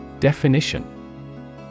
Definition